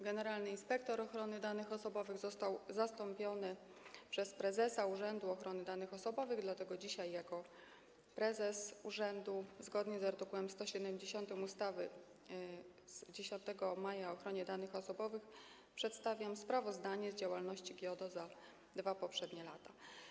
Generalny inspektor ochrony danych osobowych został zastąpiony przez prezesa Urzędu Ochrony Danych Osobowych, dlatego dzisiaj jako prezes urzędu zgodnie z art. 170 ustawy z 10 maja o ochronie danych osobowych przedstawiam sprawozdanie z działalności GIODO za dwa poprzednie lata.